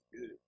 good